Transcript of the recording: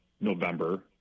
November